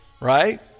right